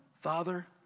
Father